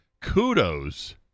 kudos